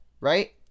right